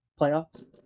playoffs